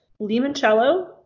limoncello